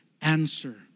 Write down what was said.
answer